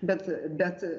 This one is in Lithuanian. bet bet